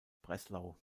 breslau